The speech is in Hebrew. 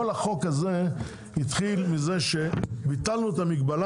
כל החוק הזה התחיל מזה שביטלנו את המגבלה